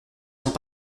sont